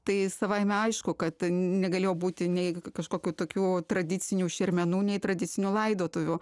tai savaime aišku kad negalėjo būti nei kažkokių tokių tradicinių šermenų nei tradicinių laidotuvių